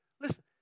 listen